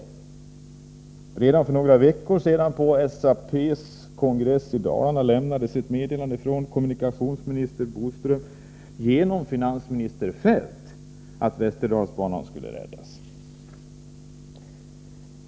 Men redan för några veckor sedan lämnades på en SAP-kongress i Dalarna ett meddelande från kommunikationsminister Boström, genom finansminister Feldt, att Västerdalsbanan skulle räddas.